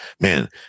man